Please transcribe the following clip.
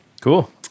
Cool